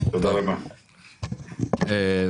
עוד